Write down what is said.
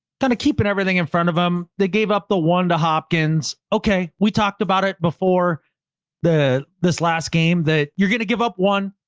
kind of keeping everything in front of them. they gave up the one to hopkins. okay. we talked about it before the, this last game that you're going to give up one.